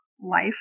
life